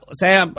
saya